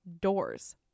doors